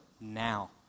now